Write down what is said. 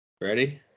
Ready